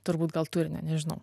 turbūt gal turinio nežinau